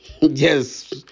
yes